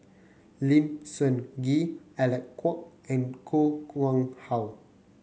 Lim Sun Gee Alec Kuok and Koh Nguang How